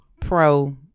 Pro